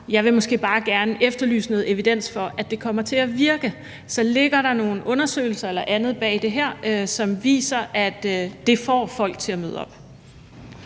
Jeg vil måske bare gerne efterlyse noget evidens for, at det kommer til at virke. Så ligger der nogle undersøgelser eller andet bag det her, som viser, at det får folk til at møde op?